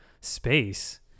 space